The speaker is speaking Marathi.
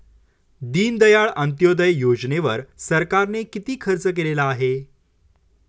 दीनदयाळ अंत्योदय योजनेवर सरकारने किती खर्च केलेला आहे?